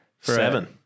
seven